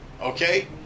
Okay